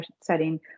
setting